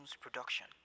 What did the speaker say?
production